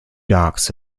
docks